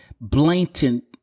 blatant